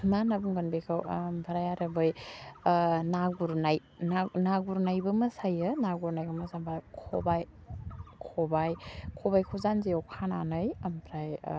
मा होनना बुंगोन बेखौ ओमफ्राय आरो बै ना गुरनाय ना ना गुरनायबो मोसायो ना गुरनायखौ मोसाबा खबाय खबाय खबायखौ जान्जिआव खानानै आमफाय